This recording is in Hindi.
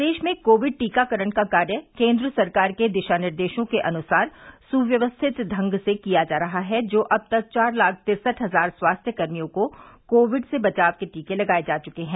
प्रदेश में कोविड टीकाकरण का कार्य केन्द्र सरकार के दिशा निर्देशों के अनुसार सुव्यवस्थित ढंग से किया जा रहा और अब तक चार लाख तिरसठ हजार स्वास्थ्य कर्मियों को कोविड से बचाव के टीके लगाये जा चुके हैं